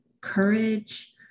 courage